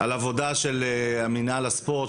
העבודה של מינהל הספורט,